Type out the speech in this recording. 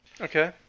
Okay